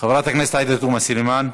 חברת הכנסת עאידה תומא סלימאן,